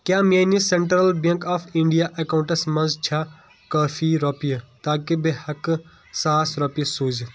کیٛاہ میٛٲنِس central bank of India accounts منٛز چھا کٲفی رۄپیہِ تاکہِ بہٕ ہیٚکہٕ ساس رۄپیہِ سوٗزِتھ؟